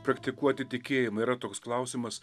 praktikuoti tikėjimą yra toks klausimas